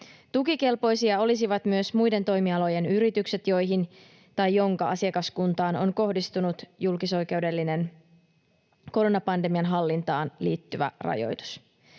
Tukikelpoisia olisivat myös muiden toimialojen yritykset, joiden asiakaskuntaan on kohdistunut julkisoikeudellinen, koronapandemian hallintaan liittyvä rajoitus.